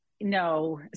no